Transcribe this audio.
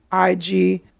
IG